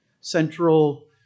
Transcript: Central